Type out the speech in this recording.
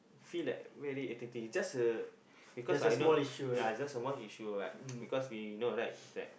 feel that very irritating is just a because I know ya is just some more he should like because we know right that